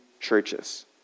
Churches